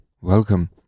Welcome